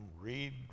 read